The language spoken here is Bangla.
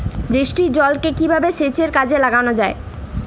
বৃষ্টির জলকে কিভাবে সেচের কাজে লাগানো য়ায়?